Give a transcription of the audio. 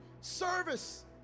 service